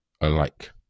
alike